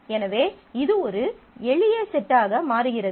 எனவே இது ஒரு எளிய செட்டாக மாறுகிறது